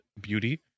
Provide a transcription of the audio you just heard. beauty